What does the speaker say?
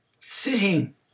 Sitting